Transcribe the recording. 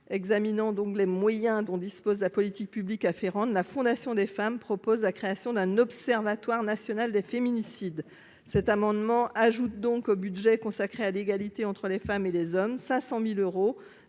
examinant donc les moyens dont dispose la politique publique afférentes, la Fondation des femmes propose la création d'un observatoire national des féminicides cet amendement ajoute donc au budget consacré à l'égalité entre les femmes et les hommes 500000 euros,